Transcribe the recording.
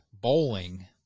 bowling